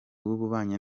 w’ububanyi